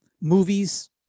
movies